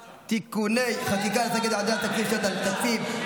(תיקוני חקיקה להשגת יעדי התקציב לשנת התקציב 2024),